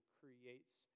creates